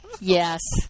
yes